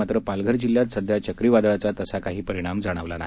मात्र पालघर जिल्ह्यात सध्या चक्रीवादळाचा तसा काही परिणाम जाणवला नाही